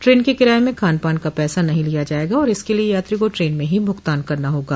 train के किराये में खानपान का पैसा नहीं लिया जाएगा और इसके लिए यात्री को ट्रेन में ही भुगतान करना होगा